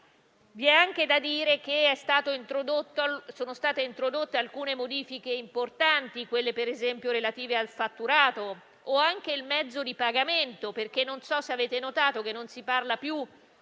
Va anche detto che sono state introdotte alcune modifiche importanti, quelle ad esempio relative al fatturato o anche relative al mezzo di pagamento, perché non so se avete notato che non si parla più